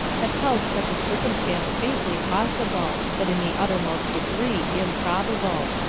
have held such a circumstance faintly possible, but in the uttermost degree improbable.